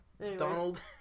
Donald